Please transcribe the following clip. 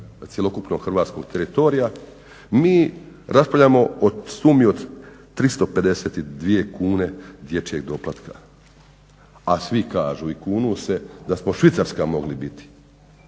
cjelokupnog hrvatskog teritorija, mi raspravljamo o sumi od 352 kune dječjeg doplatka, a svi kažu i kunu se da smo Švicarska mogli biti.